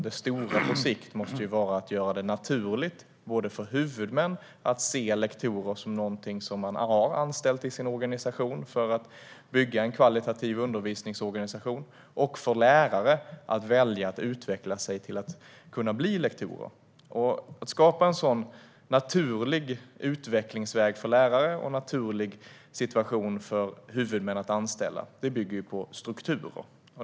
Det stora på sikt måste vara att göra det naturligt för huvudmän att se att man anställer lektorer i sin organisation för att bygga en kvalitativ undervisningsorganisation och för lärare att välja att utveckla sig till att kunna bli lektorer. Att skapa en sådan naturlig utvecklingsväg för lärare och en naturlig situation för huvudmän att anställa bygger på strukturer.